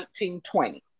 1920